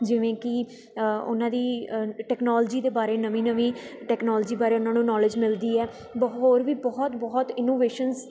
ਜਿਵੇਂ ਕਿ ਉਹਨਾਂ ਦੀ ਟੈਕਨੋਲੋਜੀ ਦੇ ਬਾਰੇ ਨਵੀਂ ਨਵੀਂ ਟੈਕਨੋਲੋਜੀ ਬਾਰੇ ਉਹਨਾਂ ਨੂੰ ਨੌਲੇਜ ਮਿਲਦੀ ਹੈ ਬਹੁਤ ਹੋਰ ਵੀ ਬਹੁਤ ਬਹੁਤ ਇਨੋਵੇਸ਼ਨਸ